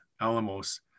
Alamos